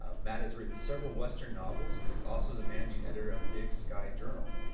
ah matt has written several western novels and is also the managing editor of big sky journal.